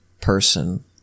person